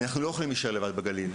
אז אנחנו לא יכולים להישאר לבד בגליל.